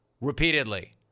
Repeatedly